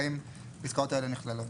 האם הפסקאות האלה נכללות?